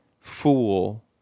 fool